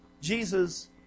Jesus